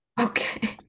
okay